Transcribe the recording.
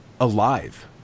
alive